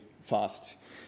fast